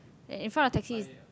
and in front taxi